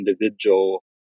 individual